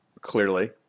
clearly